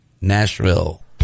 Nashville